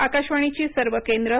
आकाशवाणीची सर्व केंद्रं